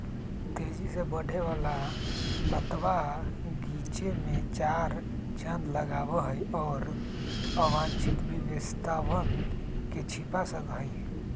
तेजी से बढ़े वाला लतवा गीचे में चार चांद लगावा हई, और अवांछित विशेषतवन के छिपा सका हई